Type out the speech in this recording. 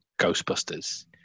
Ghostbusters